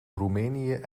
roemenië